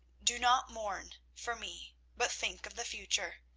do not mourn for me, but think of the future.